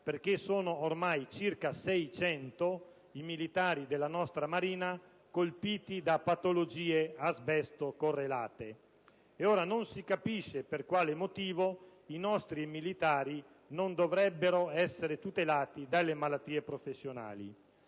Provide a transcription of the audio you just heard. perché sono ormai circa seicento i militari della nostra marina colpiti da patologie asbesto-correlate e non si capisce per quale motivo i nostri militari non dovrebbero essere tutelati dalle malattie professionali.